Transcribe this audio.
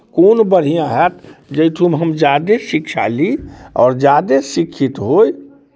कोन बढ़िआँ हैत जेहिठुन हम ज्यादे शिक्षा ली आओर ज्यादे शिक्षित होय